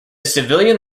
civilian